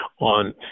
on